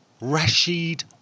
Rashid